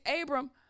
Abram